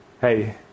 hey